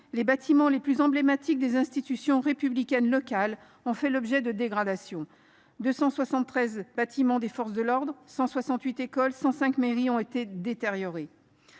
les bâtiments les plus emblématiques des institutions républicaines locales ont fait l’objet de dégradations : 273 bâtiments des forces de l’ordre, 168 écoles et 105 mairies ont été détériorés.